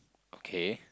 okay